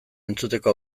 entzuteko